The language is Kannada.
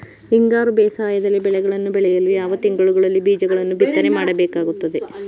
ಹಿಂಗಾರು ಬೇಸಾಯದಲ್ಲಿ ಬೆಳೆಗಳನ್ನು ಬೆಳೆಯಲು ಯಾವ ತಿಂಗಳುಗಳಲ್ಲಿ ಬೀಜಗಳನ್ನು ಬಿತ್ತನೆ ಮಾಡಬೇಕಾಗುತ್ತದೆ?